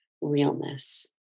realness